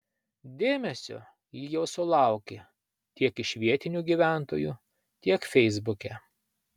dėmesio ji jau sulaukė tiek iš vietinių gyventojų tiek feisbuke